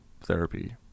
therapy